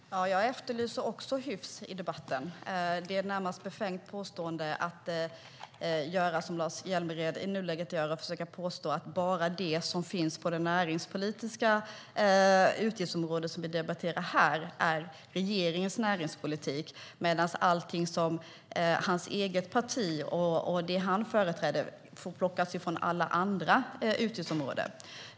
Herr talman! Jag efterlyser också hyfs i debatten. Det är närmast befängt att göra som Lars Hjälmered i nuläget gör. Han försöker påstå att bara det som finns på det näringspolitiska utgiftsområdet, som vi debatterar här, är regeringens näringspolitik medan allting som han och hans eget parti företräder får plockas från alla andra utgiftsområden.